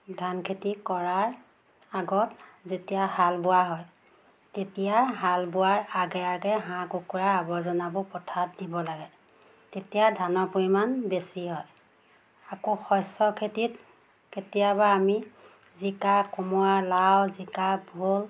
ধান খেতি কৰাৰ আগত যেতিয়া হাল বোৱা হয় তেতিয়া হাল বোৱাৰ আগে আগে হাঁহ কুকুৰা আৱৰ্জনাবোৰ পথাৰত দিব লাগে তেতিয়া ধানৰ পৰিমাণ বেছি হয় আকৌ শস্য খেতিত কেতিয়াবা আমি জিকা কোমোৰা লাও জিকা ভোল